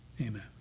Amen